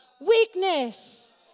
Weakness